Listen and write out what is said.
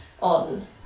on